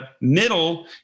middle